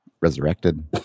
resurrected